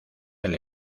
del